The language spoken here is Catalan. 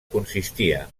consistia